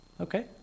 Okay